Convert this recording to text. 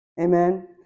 Amen